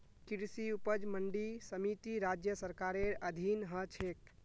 कृषि उपज मंडी समिति राज्य सरकारेर अधीन ह छेक